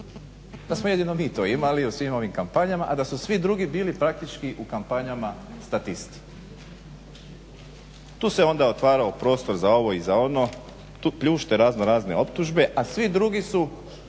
da smo jedino mi to imali u svim ovim kampanjama, a da su svi drugi bili praktički u kampanjama statisti. Tu se onda otvarao prostor za ovo i za ono. Tu pljušte razno razne optužbe a svi drugi su